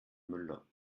müller